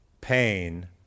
Pain